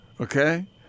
okay